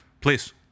Please